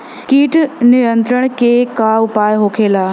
कीट नियंत्रण के का उपाय होखेला?